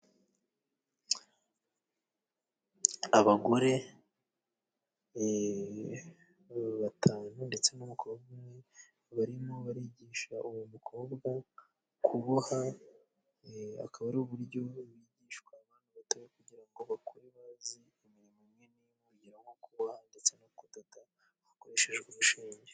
Abagore batanu ndetse n'umukobwa umwe barimo barigisha uwo mukobwa kuboha. Akaba ari uburyo bigishwa abana batoya, kugira ngo bakure bazi imirimo imwe. urugero nko kuboha ndetse no kudoda hakoreshejwe urushinge.